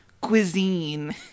cuisine